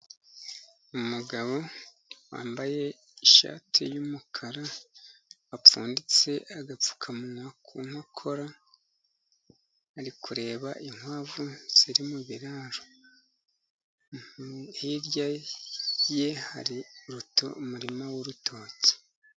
Umugabo wambaye ishati y'umukara apfunditse agapfukamunwa ku nkokora, ari kureba inkwavu ziri mu biraro. hHrya ye hari umurima w'urutoki.